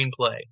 screenplay